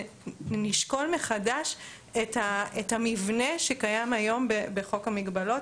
שנשקול מחדש את המבנה שקיים היום בחוק המגבלות.